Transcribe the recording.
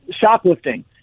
shoplifting